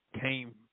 came